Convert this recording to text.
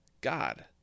God